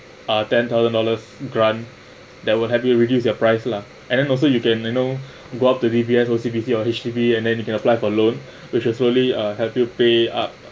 ah ten thousand dollars grant that will help you reduce your price lah and then also you can you know go up to D_B_S O_C_B_C or H_D_B and then you can apply for a loan which will slowly ah help you pay up